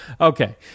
Okay